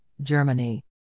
Germany